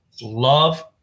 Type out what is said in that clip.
love